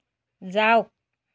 যাওক